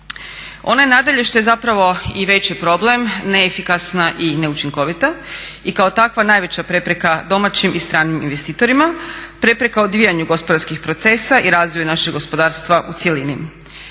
Ona je nadalje, što je zapravo i veći problem, neefikasna i neučinkovita i kao takva najveća prepreka domaćim i stranim investitorima, prepreka odvijanju gospodarskih procesa i razvoju našeg gospodarstva u cjelini.